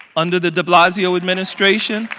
under the blasio administration.